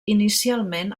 inicialment